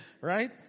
Right